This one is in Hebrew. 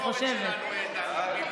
כל יהודי ידע איפה היוחסין שלו,